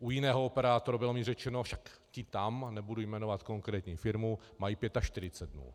U jiného operátora, bylo mi řečeno, však ti tam, nebudu jmenovat konkrétní firmu, mají 45 dnů.